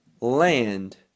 Land